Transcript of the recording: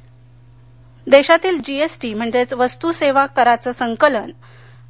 जी S T देशातील G S T म्हणजेच वस्तू सेवा कराचं संकलन